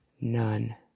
None